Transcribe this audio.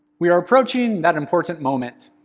we are approaching that important moment,